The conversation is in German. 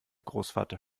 großvater